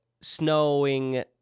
snowing